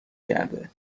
کرده